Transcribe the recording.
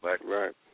Right